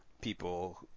people